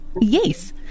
yes